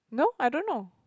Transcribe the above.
no I don't know